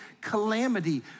calamity